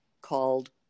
called